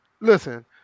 listen